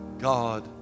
God